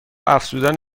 افزودن